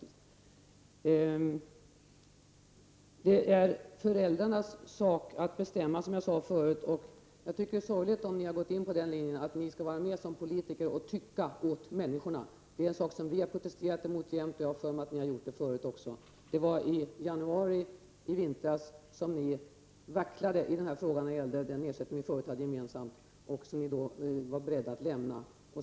Det är föräldrarnas sak att bestämma, som jag sade förut. Jag tycker att det är sorgligt, om ni har slagit in på den linjen att ni skall vara med som politiker och tycka åt människorna. Det är en sak som vi protesterat mot jämt, och jag har för mig att ni också har gjort det förut. Det var i januari i år som ni vacklade i fråga om det förslag som vi förut var ense om och ni då var beredda att lämna.